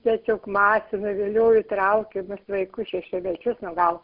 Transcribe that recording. tiesiog masina vilioja traukia vaikus šešiamečius nu gal